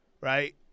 right